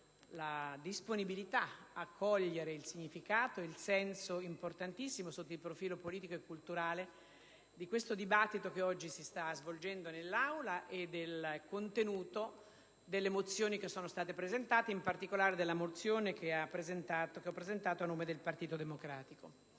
disponibili a cogliere il significato e il senso importantissimo sotto il profilo politico e culturale del dibattito che si sta svolgendo e del contenuto delle mozioni che sono state presentate, in particolare, della mozione che ho presentato a nome del Partito Democratico.